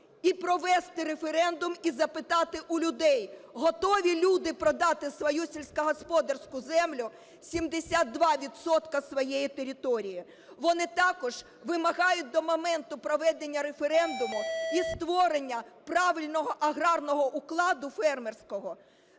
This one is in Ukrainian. і провести референдум, і запитати у людей: готові люди продати свою сільськогосподарську землю – 72 відсотка своєї території? Вони також вимагають до моменту проведення референдуму і створення правильного аграрного укладу, фермерського,